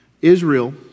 Israel